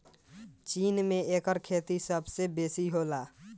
चीन में एकर खेती सबसे बेसी होला